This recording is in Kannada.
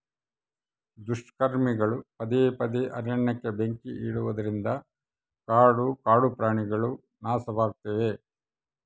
ದುಷ್ಕರ್ಮಿಗಳು ಪದೇ ಪದೇ ಅರಣ್ಯಕ್ಕೆ ಬೆಂಕಿ ಇಡುವುದರಿಂದ ಕಾಡು ಕಾಡುಪ್ರಾಣಿಗುಳು ನಾಶವಾಗ್ತಿವೆ